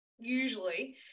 usually